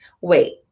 Wait